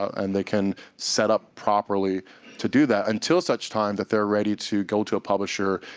and they can set up properly to do that until such time that they're ready to go to a publisher.